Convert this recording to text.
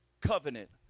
covenant